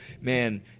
man